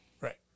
Right